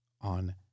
on